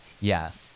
Yes